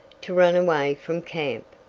to run away from camp!